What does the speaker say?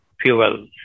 fuel